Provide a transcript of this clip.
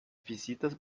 visitas